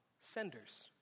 senders